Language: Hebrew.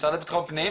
המשרד לביטחון פנים,